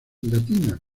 latina